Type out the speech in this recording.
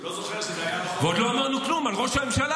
הוא לא זוכר שזה היה בחוק --- ועוד לא אמרנו כלום על ראש הממשלה,